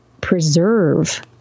preserve